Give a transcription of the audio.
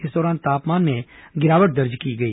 इस दौरान तापमान में गिरावट दर्जे की गई